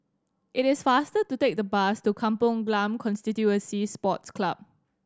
it is faster to take the bus to Kampong Glam Constituency Sports Club